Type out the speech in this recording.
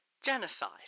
genocide